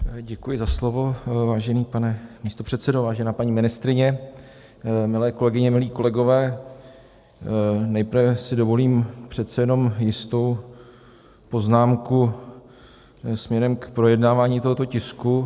Děkuji za slovo, vážený pane místopředsedo, vážená paní ministryně, milé kolegyně, milí kolegové, nejprve si dovolím přece jenom jistou poznámku směrem k projednávání tohoto tisku.